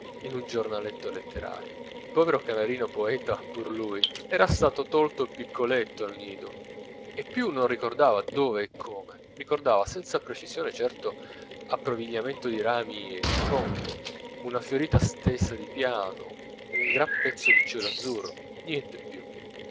in un giornaletto letterario il povero canarino poeta pur lui era stato tolto piccoletto al nido e più non ricordava dove e come ricordava senza precisione certo aggrovigliamento di rami e di fronde una fiorita stesa di piano un gran pezzo di cielo azzurro niente più